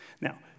Now